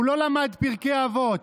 הוא לא למד פרקי אבות.